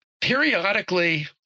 periodically